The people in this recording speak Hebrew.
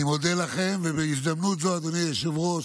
אני מודה לכם, ובהזדמנות זאת, אדוני היושב-ראש,